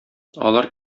алар